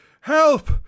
help